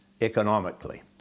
economically